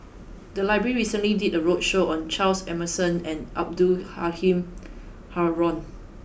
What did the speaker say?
the library recently did a roadshow on Charles Emmerson and Abdul Halim Haron